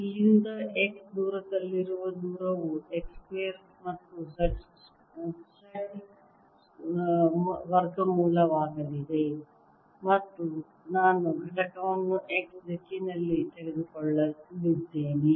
ಇಲ್ಲಿಂದ x ದೂರದಲ್ಲಿರುವ ದೂರವು x ಸ್ಕ್ವೇರ್ ಮತ್ತು z ವರ್ಗಮೂಲವಾಗಲಿದೆ ಮತ್ತು ನಾನು ಘಟಕವನ್ನು x ದಿಕ್ಕಿನಲ್ಲಿ ತೆಗೆದುಕೊಳ್ಳಲಿದ್ದೇನೆ